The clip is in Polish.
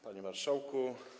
Panie Marszałku!